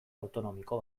autonomiko